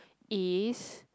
is